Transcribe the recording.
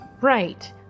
Right